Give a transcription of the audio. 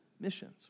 missions